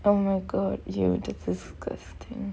oh my god you just disgusting